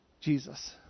Jesus